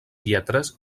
lletres